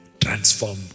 transform